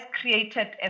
created